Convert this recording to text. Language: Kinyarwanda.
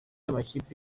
amakipe